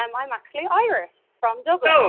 um i'm actually irish, from dublin.